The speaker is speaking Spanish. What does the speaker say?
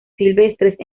silvestres